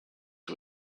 who